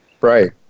right